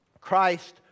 Christ